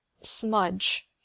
smudge